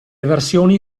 versioni